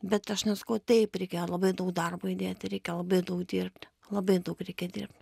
bet aš nesakau taip reikia labai daug darbo įdėti reikia labai daug dirbti labai daug reikia dirbt